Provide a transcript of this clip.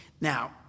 Now